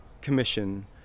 commission